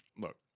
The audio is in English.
look